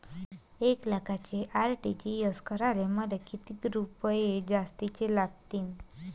एक लाखाचे आर.टी.जी.एस करासाठी मले कितीक रुपये जास्तीचे लागतीनं?